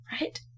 right